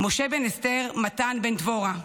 משה בן אסתר, מתן בן דבורה,